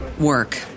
work